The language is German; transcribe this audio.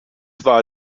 war